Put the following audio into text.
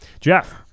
Jeff